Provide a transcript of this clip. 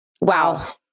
Wow